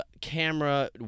camera